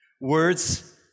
Words